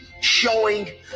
showing